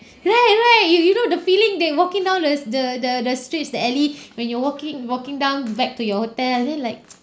right right you you know the feeling that walking down there's the the the streets the alley when you're walking walking down back to your hotel and then like